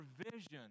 provision